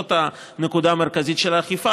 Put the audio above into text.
זאת הנקודה המרכזית של האכיפה.